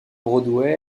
broadway